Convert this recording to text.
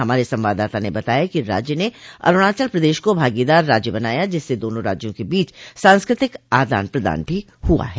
हमारे संवाददाता ने बताया कि राज्य ने अरूणाचल प्रदेश को भागीदार राज्य बनाया जिससे दोनों राज्यों के बीच सांस्कृतिक आदान प्रदान भी हुआ है